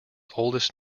oldest